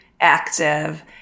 active